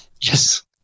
Yes